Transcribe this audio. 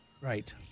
Right